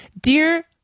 dear